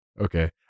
okay